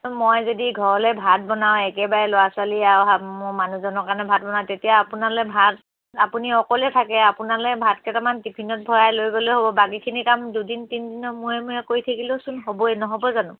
মই যদি ঘৰলে ভাত বনাওঁ একেবাৰে ল'ৰা ছোৱালী আৰু মোৰ মানুহজনৰ কাৰণে ভাত বনাওঁ তেতিয়া আপোনালে ভাত আপুনি অকলে থাকে আপোনালে ভাত কেইটামান টিফিনত ভৰাই লৈ গ'লে হ'ব বাকীখিনি কাম দুদিন তিনিদিনৰ মূৰে মূৰে কৰি থাকিলেওচোন হ'বই নহ'ব জানো